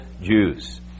Jews